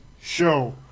show